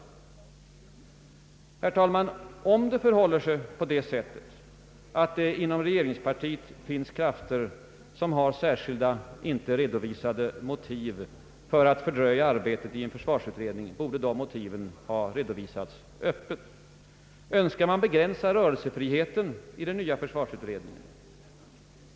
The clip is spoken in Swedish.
Herr talman! Om det förhåller sig på det sättet att det inom regeringspartiet finns krafter som har särskilda, inte redovisade motiv för att fördröja arbetet i en försvarsutredning, borde dessa motiv öppet redovisas. Önskar man begränsa rörelsefriheten i den nya försvarsutredningen?